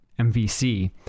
MVC